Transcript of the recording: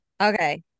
okay